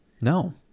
No